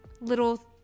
little